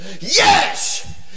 Yes